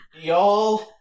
y'all